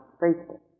faithful